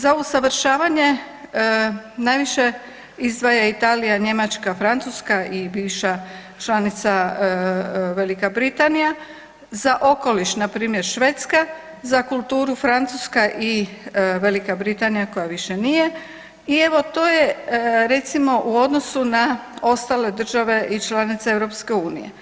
Za usavršavanje najviše izdvaja Italija, Njemačka, Francuska i bivša članica Velika Britanija, za okoliš npr. Švedska, za kulturu Francuska i Velika Britanija koja više nije i evo to je recimo u odnosu na ostale države i članice EU.